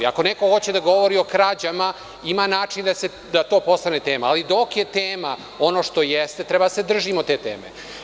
Ako neko hoće da govori o krađama, ima način da to postane tema, ali dok je tema ono što jeste, treba da se držimo te teme.